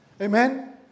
Amen